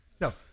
No